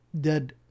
dead